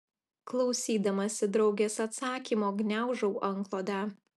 klausydamasi draugės atsakymo gniaužau antklodę